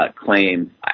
claim